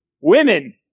Women